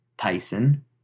Tyson